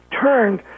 turned